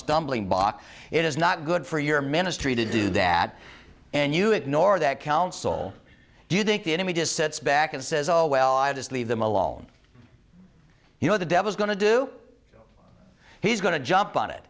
stumbling block it is not good for your ministry to do that and you ignore that counsel do you think the enemy just sits back and says oh well i'll just leave them alone you know the devil's going to do he's going to jump on it